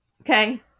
okay